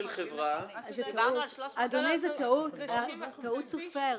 אדוני, זאת טעות סופר.